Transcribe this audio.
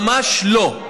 ממש לא.